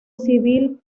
civil